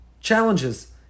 challenges